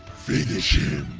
finish him!